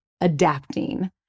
adapting